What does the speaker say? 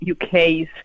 UK's